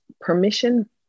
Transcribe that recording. permission